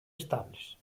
estables